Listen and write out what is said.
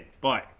Bye